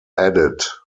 added